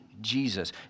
Jesus